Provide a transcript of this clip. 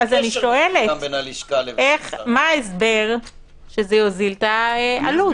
אני שואלת - מה ההסבר שזה יוזיל את העלות?